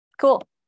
Cool